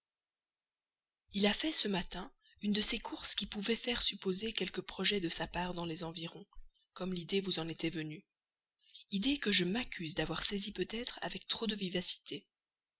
il a fait ce matin une de ces courses qui pouvaient faire supposer quelque projet de sa part dans les environs comme l'idée vous en était venue idée que je m'accuse d'avoir saisie peut-être avec trop de vivacité